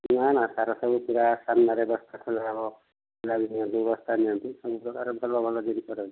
ନା ନା ସାର ସବୁ ପୂରା ସାମ୍ନାରେ ବସ୍ତା ଖୋଲା ହବ ବସ୍ତାରେ ବସ୍ତେ ଖଣ୍ଡେ ହବ ବସ୍ତା ନିଅନ୍ତି ସବୁପ୍ରକାର ଭଲ ଭଲ ଜିନିଷ ରହିଛି